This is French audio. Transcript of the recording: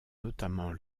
notamment